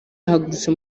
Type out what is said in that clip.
yahagurutse